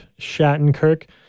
Shattenkirk